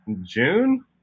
June